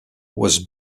was